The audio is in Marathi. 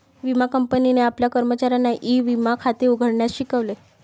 विमा कंपनीने आपल्या कर्मचाऱ्यांना ई विमा खाते उघडण्यास शिकवले